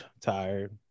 tired